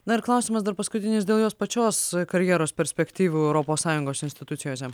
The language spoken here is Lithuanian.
na ir klausimas dar paskutinis dėl jos pačios karjeros perspektyvų europos sąjungos institucijose